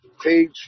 page